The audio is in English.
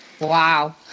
Wow